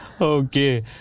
Okay